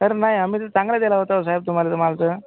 sir नाही आम्ही तर चांगला दिला होता हो साहेब तुम्हाला माल तर